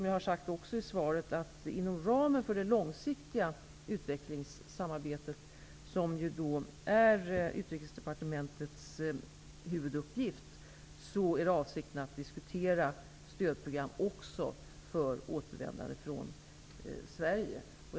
Jag sade också i svaret att inom ramen för det långsiktiga utvecklingssamarbetet, som huvudsakligen handläggs av Utrikesdepartementet, är avsikten att diskutera också stödprogram för återvändande från Sverige.